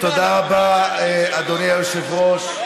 תודה רבה, אדוני היושב-ראש.